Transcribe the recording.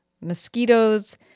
mosquitoes